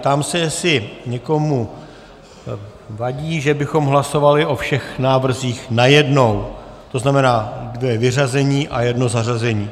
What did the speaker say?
Ptám se, jestli někomu vadí, že bychom hlasovali o všech návrzích najednou, tzn. dvě vyřazení a jedno zařazení.